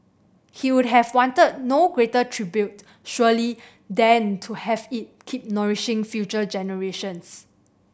he would have wanted no greater tribute surely than to have it keep nourishing future generations